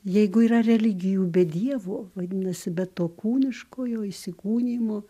jeigu yra religijų be dievo vadinasi be to kūniškojo įsikūnijimo